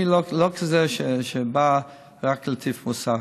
אני לא כזה שבא רק להטיף מוסר.